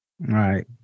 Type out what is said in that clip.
Right